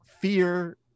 fear